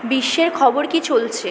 বিশ্বের খবর কী চলছে